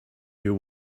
you